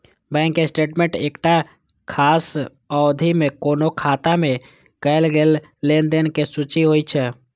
bank statement एकटा खास अवधि मे कोनो खाता मे कैल गेल लेनदेन के सूची होइ छै